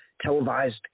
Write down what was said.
televised